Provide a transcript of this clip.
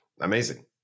Amazing